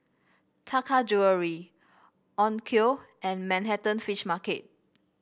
Taka Jewelry Onkyo and Manhattan Fish Market